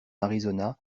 arizona